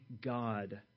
God